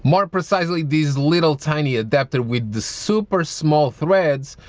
more precisely these little tiny adapter with the super small threads.